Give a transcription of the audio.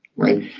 right?